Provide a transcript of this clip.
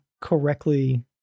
correctly